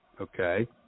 okay